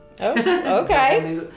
Okay